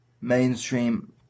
mainstream